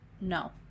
No